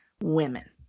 women